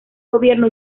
gobierno